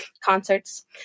concerts